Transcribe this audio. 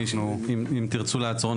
אם תרצו לעצור,